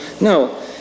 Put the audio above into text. No